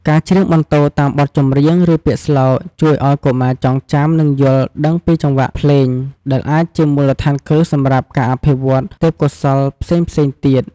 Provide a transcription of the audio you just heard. ការច្រៀងបន្ទរតាមបទចម្រៀង ឬពាក្យស្លោក ជួយឱ្យកុមារចងចាំ និងយល់ដឹងពីចង្វាក់ភ្លេង ដែលអាចជាមូលដ្ឋានគ្រឹះសម្រាប់ការអភិវឌ្ឍទេពកោសល្យផ្សេងៗទៀត។